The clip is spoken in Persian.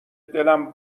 دلم